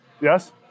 Yes